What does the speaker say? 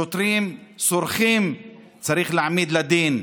שוטרים סורחים צריך להעמיד לדין,